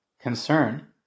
concern